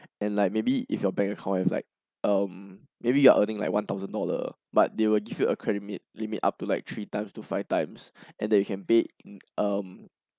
and like maybe if your bank account is like um maybe you are earning like one thousand dollar but they will give you a credit limit limit up to like three times to five times and that you can pay in um